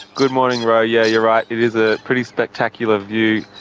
good morning ro, yeah you're right it is a pretty spectacular view.